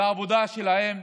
לחברה שלהם,